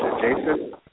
Jason